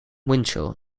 winchell